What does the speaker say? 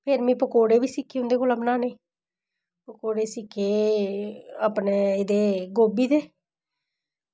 फिर में पकौड़े बी सिक्खे इंदे कोला बनाने पकौड़े सिक्खे अपने एह्दे गोभी दे